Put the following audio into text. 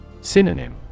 Synonym